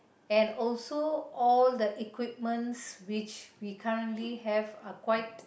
and also all the equipments which we currently have are quite